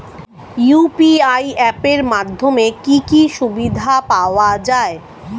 UPI app এর মাধ্যমে কি কি সুবিধা পাওয়া যায়?